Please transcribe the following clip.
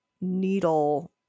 needle